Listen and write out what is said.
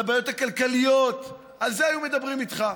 כל הבעיות הכלכלית, על זה היו מדברים איתך.